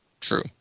True